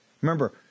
Remember